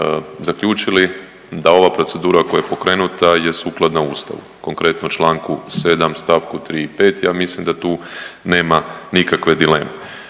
da ova procedura koja je pokrenuta je sukladna Ustavu konkretno članku 7. stavku 3. i 5. Ja mislim da tu nema nikakve dileme.